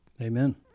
Amen